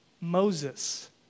Moses